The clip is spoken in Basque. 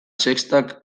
sexta